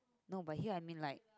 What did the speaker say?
no but here I mean like